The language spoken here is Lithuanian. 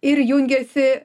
ir jungiasi